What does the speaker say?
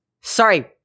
Sorry